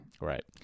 right